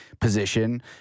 position